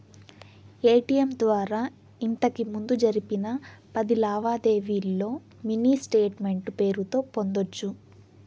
ATM ద్వారా ఇంతకిముందు జరిపిన పది లావాదేవీల్లో మినీ స్టేట్మెంటు పేరుతో పొందొచ్చు